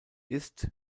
ist